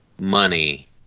money